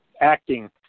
acting